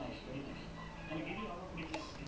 stop athawil sike